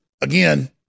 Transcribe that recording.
again